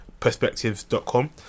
perspectives.com